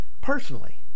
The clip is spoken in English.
personally